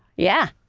yeah.